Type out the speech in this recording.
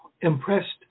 impressed